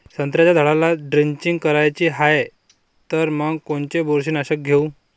संत्र्याच्या झाडाला द्रेंचींग करायची हाये तर मग कोनच बुरशीनाशक घेऊ?